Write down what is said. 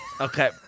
Okay